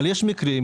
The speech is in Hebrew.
אבל יש מקרים,